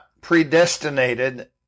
predestinated